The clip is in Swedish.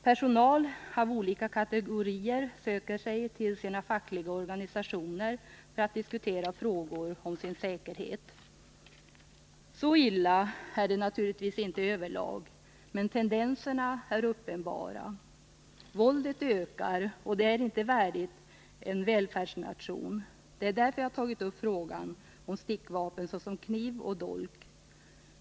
Personal av olika kategorier söker sig till sina fackliga organisationer för att diskutera frågor om sin säkerhet. Så illa är det naturligtvis inte över lag, men tendenserna är uppenbara. Våldet ökar, och det är inte värdigt en välfärdsnation. Det är därför jag tagit upp frågan om stickvapen såsom kniv och dolk.